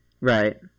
Right